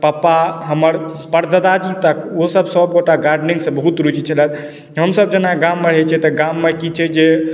पपा हमर परददाजी तक ओसब सब गोटा गार्डेनिङ्गसँ बहुत रुचि छलथि हमसब जेना गाममे रहै छिए तऽ गाममे कि छै जे